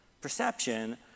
perception